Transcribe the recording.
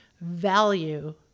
value